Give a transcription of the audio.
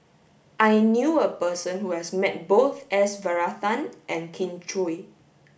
I knew a person who has met both S Varathan and Kin Chui